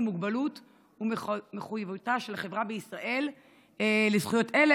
מוגבלות ומחויבותה של החברה בישראל לזכויות אלה,